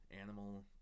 animal